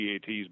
PATs